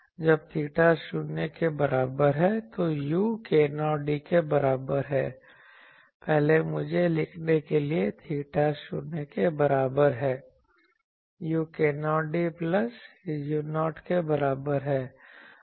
जब थीटा 0 के बराबर है तो u k0d के बराबर है पहले मुझे लिखने के लिए थीटा शून्य के बराबर है u k0d प्लस u0 के बराबर है